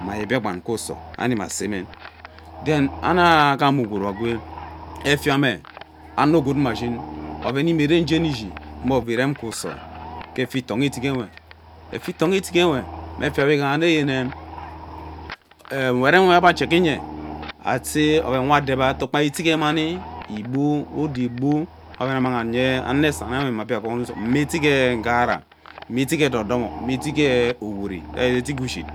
Mma ye biakpan ku uso ani mma seme then ani agham ugwuru agwee efia me ano gwood nwa shin oven imieren jeni ishi mme irem ku uso ke efia itoho etig uweefia itoho etigwe mme efia we ighaha nyene em nwet ewe ebe jecki nye asei oven we adebe to gba etig ee mani igbu udaa igbu oven we ammang aye ano saniwe nne etig ee nghara mm etig ee edodomo mme efiame